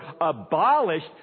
abolished